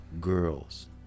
girls